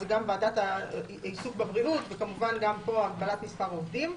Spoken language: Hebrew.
זה גם ועדת העיסוק בבריאות וכמובן גם פה הגבלת מספר העובדים.